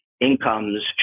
incomes